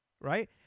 Right